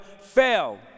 fail